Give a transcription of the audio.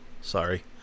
Sorry